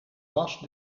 las